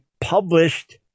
published